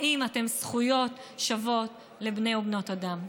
האם אתם זכויות שוות לבני ובנות אדם.